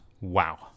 wow